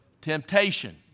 Temptation